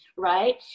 Right